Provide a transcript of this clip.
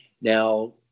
Now